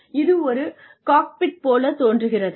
இது ஒரு காக்பிட் போலத் தோன்றுகிறது